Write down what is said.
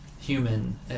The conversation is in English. human